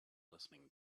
listening